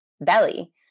belly